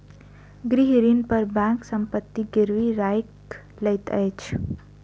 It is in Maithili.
गृह ऋण पर बैंक संपत्ति गिरवी राइख लैत अछि